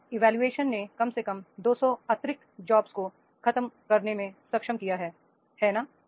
job evolution ने कम से कम 200 अतिरिक्त जॉब्स को खत्म करने में सक्षम किया है है ना